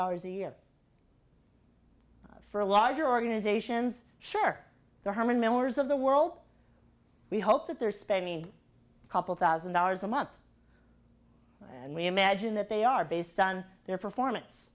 dollars a year for a larger organizations share their home in millers of the world we hope that they're spending a couple thousand dollars a month and we imagine that they are based on their performance